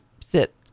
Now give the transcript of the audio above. sit